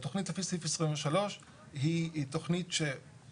הרי תכנית לפי סעיף 23 היא תכנית שנועדה